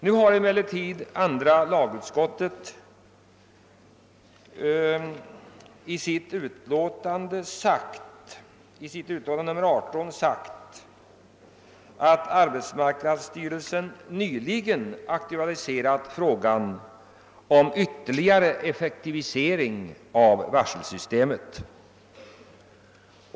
Nu har emellertid andra lagutskottet i sitt utlåtande nr 18 påpekat att arbetsmarknadsstyrelsen nyligen aktualiserat frågan om ytterligare effektivisering av varselsystemet.